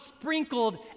sprinkled